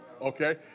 okay